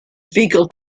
fecal